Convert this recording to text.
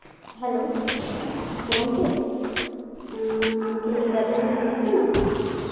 hello ᱜᱚᱢᱠᱮ ᱟᱢᱠᱤ ᱜᱟᱹᱰᱤ ᱨᱮᱱ ᱢᱟᱹᱞᱤᱠ ᱠᱟᱱᱟᱢ